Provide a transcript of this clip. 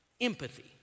Empathy